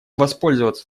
воспользоваться